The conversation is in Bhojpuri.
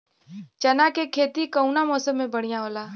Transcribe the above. चना के खेती कउना मौसम मे बढ़ियां होला?